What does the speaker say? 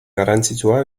garrantzitsua